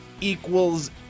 equals